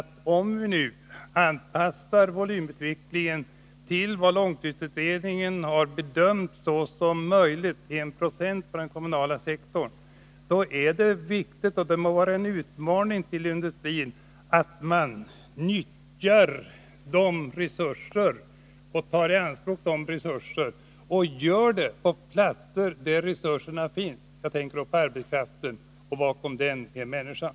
Om vi nu anpassar volymutvecklingen till vad långtidsutredningen har bedömt vara möjligt — 1 96 när det gäller den kommunala sektorn — är det viktigt, och det må vara en utmaning till industrin, att resurserna tas i anspråk och detta på de platser där resurserna finns. Jag tänker då på arbetskraften, och bakom den är människan.